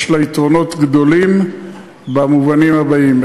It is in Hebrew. יש לה יתרונות גדולים במובנים הבאים: